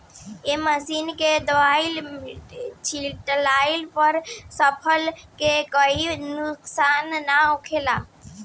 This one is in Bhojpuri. ए मशीन से दवाई छिटला पर फसल के कोई नुकसान ना होखे